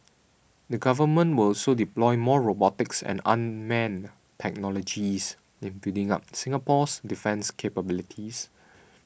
the Government will also deploy more robotics and unmanned technologies in building up Singapore's defence capabilities